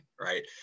right